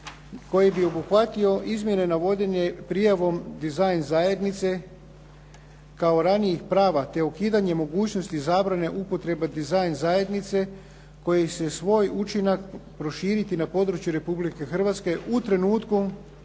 koji bi obuhvatio izmjene navođene prijavom dizajn zajednice kao ranijih prava te ukidanje mogućnosti zabrane upotrebe dizajn zajednice koji će svoj učinak proširiti na područje Republike Hrvatske u trenutku